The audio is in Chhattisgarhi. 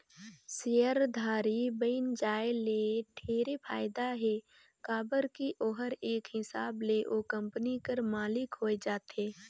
सेयरधारी बइन जाये ले ढेरे फायदा हे काबर की ओहर एक हिसाब ले ओ कंपनी कर मालिक होए जाथे